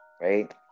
right